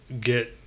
get